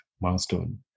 milestone